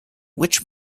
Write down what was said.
which